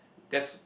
that's